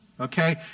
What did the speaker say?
Okay